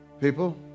People